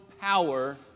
power